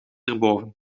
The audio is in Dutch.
erboven